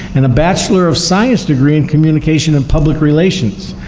and a bachelor of science degree in communication and public relations.